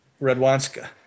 Redwanska